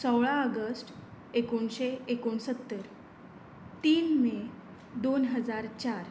सोळा ऑगस्ट एकूणीश्शे एकूणसत्तर तीन मे दोन हजार चार